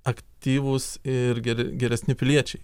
aktyvūs ir gere geresni piliečiai